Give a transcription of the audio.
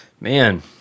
Man